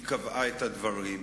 היא קבעה את הדברים.